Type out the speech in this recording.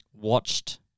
watched